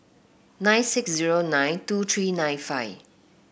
nine six zero nine two three nine five